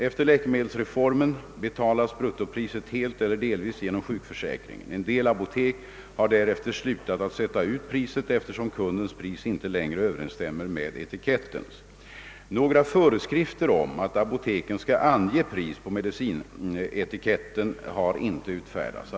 Efter läkemedelsreformen betalas bruttopriset helt eller delvis genom sjukför säkringen. En del apotek har därefter slutat att sätta ut priset eftersom kundens pris inte längre överensstämmer med etikettens. Några föreskrifter om att apoteken skall ange pris på medicinetiketten har inte utfärdats.